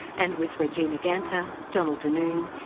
and with regina ganter, donald denoon,